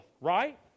right